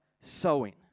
sowing